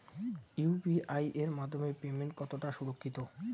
UPI এর মাধ্যমে payment কতটা সুরক্ষিত?